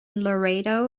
laredo